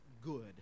good